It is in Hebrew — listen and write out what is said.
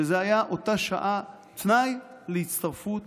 וזה היה באותה שעה תנאי להצטרפות